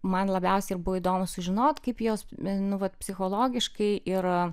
man labiausiai ir buvo įdomu sužinot kaip jos nu vat psichologiškai ir